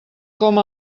com